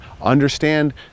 Understand